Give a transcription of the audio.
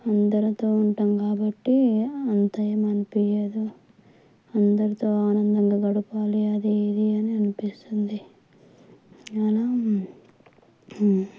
అందరితో ఉంటాము కాబట్టి అంత ఏం అనిపించదు అందరితో ఆనందంగా గడపాలి అది ఇది అని అనిపిస్తుంది అలా